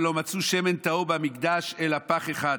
ולא מצאו שמן טהור במקדש אלא פך אחד,